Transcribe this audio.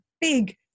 big